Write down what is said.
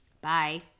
Bye